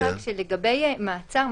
שלגבי מעצר,